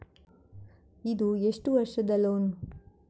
ಇದು ಎಷ್ಟು ವರ್ಷದ ಲೋನ್?